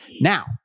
now